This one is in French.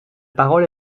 parole